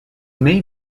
may